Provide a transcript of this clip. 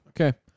Okay